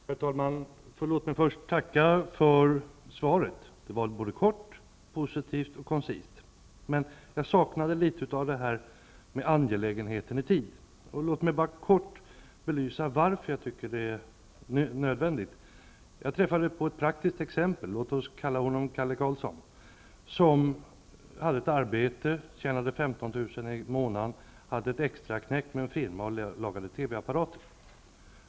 Herr talman! Låt mig först tacka för svaret. Det var både kort, positivt och koncist. Men jag saknade något om angelägenheten i tid. Låt mig kort belysa varför jag tycker att det är nödvändigt med en forcering. Jag har träffat på ett praktiskt exempel — låt oss kalla honom Kalle Karlsson. Han hade ett arbete, där han tjänade 15 000 i månaden. Han hade också ett extraknäck med en firma, där han lagade TV-apparater.